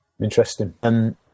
Interesting